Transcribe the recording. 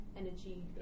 Energy